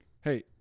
Hey